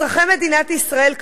אזרחי מדינת ישראל,